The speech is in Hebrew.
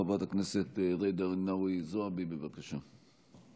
חברת הכנסת ג'ידא רינאוי זועבי, בבקשה.